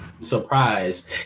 surprise